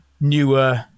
newer